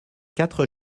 quatre